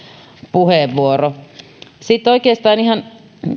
puheenvuoro sitten oikeastaan ihan